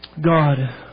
God